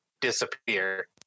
disappear